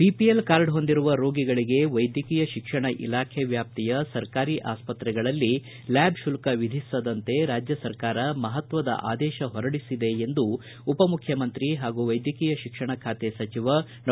BOL card ಹೊಂದಿರುವ ರೋಗಿಗಳಿಗೆ ವೈದ್ಯಕೀಯ ಶಿಕ್ಷಣ ಇಲಾಖೆ ವ್ಯಾಪ್ತಿಯ ಸರ್ಕಾರಿ ಆಸ್ಪತ್ರೆಗಳಲ್ಲಿ ಲ್ಯಾಬ್ ಶುಲ್ಕ ವಿಧಿಸದಂತೆ ರಾಜ್ಯ ಸರ್ಕಾರ ಮಹತ್ವದ ಆದೇಶ ಹೊರಡಿಸಿದೆ ಎಂದು ಉಪ ಮುಖ್ಯಮಂತ್ರಿ ಹಾಗೂ ವೈದ್ಯಕೀಯ ಶಿಕ್ಷಣ ಸಚಿವ ಡಾ